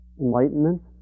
enlightenment